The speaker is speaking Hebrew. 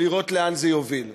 ולראות לאן זה יוביל.